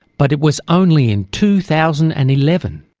but it was only in two thousand and eleven,